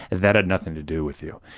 and that had nothing to do with you.